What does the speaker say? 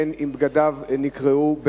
בין שבגדיו נקרעו,